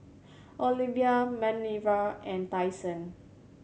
Olivia Manerva and Tyson